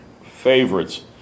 favorites